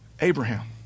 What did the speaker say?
Abraham